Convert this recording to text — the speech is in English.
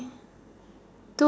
okay